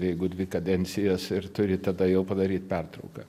jeigu dvi kadencijas ir turi tada jau padaryt pertrauką